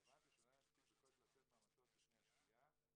הבנתי שאולי נספיק בקושי לצאת מהמטוס לפני השקיעה,